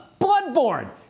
Bloodborne